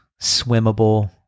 swimmable